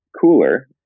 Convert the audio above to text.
cooler